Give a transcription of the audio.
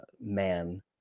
man